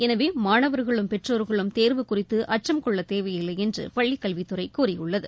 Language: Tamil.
எனவே மாணவர்களும் பெற்றோர்களும் தேர்வு குறித்து அச்சம் கொள்ளத்தேவையில்லை என்று பள்ளிக்கல்வித் துறை கூறியுள்ளது